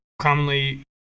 Commonly